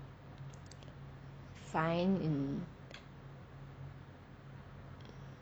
fine in